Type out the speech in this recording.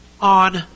on